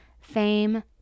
fame